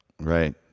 Right